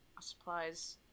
supplies